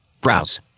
Browse